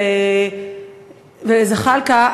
וזחאלקה.